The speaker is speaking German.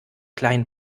kleinen